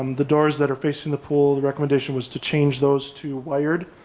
um the doors that are facing the pool, the recommendation was to change those to wired,